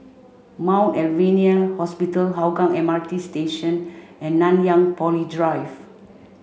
Mount Alvernia Hospital Hougang M R T Station and Nanyang Poly Drive